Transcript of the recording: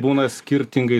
būna skirtingai